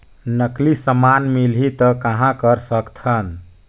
नकली समान मिलही त कहां कर सकथन?